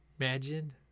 Imagine